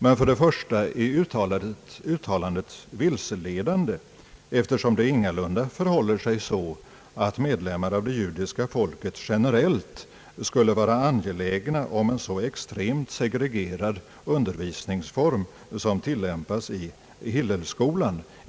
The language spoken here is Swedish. Men för det första är uttalandet vilseledande, eftersom det ingalunda förhåller sig så, att medlemmar av det judiska folket generellt skulle vara angelägna om en så extremt segregerad undervisningsform som den som tillämpas i Hillelskolan.